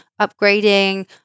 upgrading